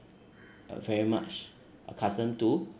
uh very much accustomed to